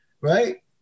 right